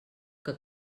que